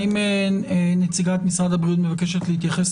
האם נציגת משרד הבריאות מבקשת להתייחס?